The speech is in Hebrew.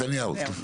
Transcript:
נתניהו.